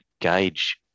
gauge